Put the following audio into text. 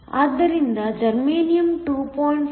ಆದ್ದರಿಂದ ಜರ್ಮೇನಿಯಮ್ 2